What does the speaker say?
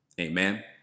Amen